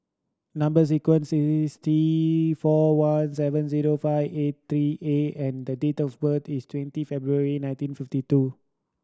number sequence is T four one seven zero five eight three A and the date of birth is twenty February nineteen fifty two